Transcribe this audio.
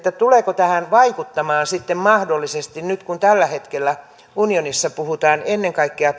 tuleeko tähän vaikuttamaan nyt sitten mahdollisesti brexit ja brexitin vaikutukset kun tällä hetkellä unionissa puhutaan ennen kaikkea